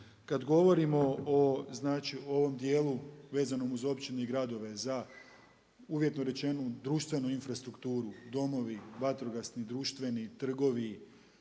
Kada govorimo o, znači o ovom dijelu vezanom uz općine i gradove za uvjetno rečeno društvenu infrastrukturu, domovi vatrogasni, društveni, trgovi,